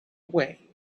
away